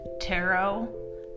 tarot